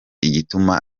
igituma